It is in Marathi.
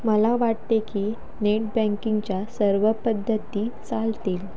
मला वाटते की नेट बँकिंगच्या सर्व पद्धती चालतील